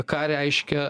ką reiškia